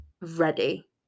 ready